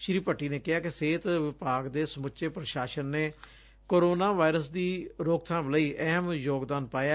ਸ੍ਰੀ ਭੱਟੀ ਨੇ ਕਿਹਾ ਕਿੱ ਸਿਹਤ ਵਿਭਾਗ ਦੇ ਸਮੁੱਚੇ ਪ੍ਰਸ਼ਾਸਨ ਨੇ ਕੋਰੋਨਾ ਵਾਇਰਸ ਦੀ ਰੋਕਬਾਮ ਲਈ ਅਹਿਮ ਯੋਗਦਾਨ ਪਾਇਐ